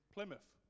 Plymouth